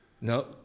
No